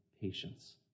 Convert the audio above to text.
patience